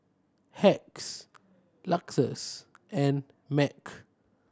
Hacks Lexus and Mac